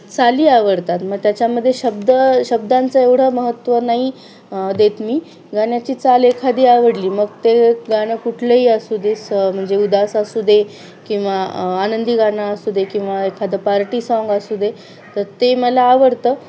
चाली आवडतात मग त्याच्यामध्ये शब्द शब्दांचं एवढं महत्त्व नाही देत मी गाण्याची चाल एखादी आवडली मग ते गाणं कुठलंही असू दे असं म्हणजे उदास असू दे किंवा आनंदी गाणं असू दे किंवा एखादं पार्टी साँग असू दे तर ते मला आवडतं